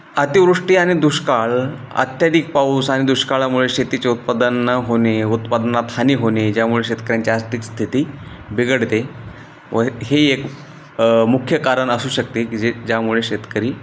अतिवृष्टी आणि दुष्काळ अत्याधिक पाऊस आणि दुष्काळामुळे शेतीचे उत्पादन न होणे उत्पादनात हानी होणे ज्यामुळे शेतकऱ्यांची आर्थिक स्थिती बिघडते व हेही एक मुख्य कारण असू शकते की जे ज्यामुळे शेतकरी